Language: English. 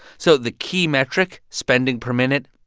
so the key metric, spending per minute,